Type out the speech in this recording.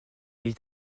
est